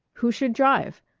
who should drive?